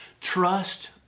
trust